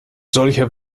solche